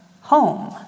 home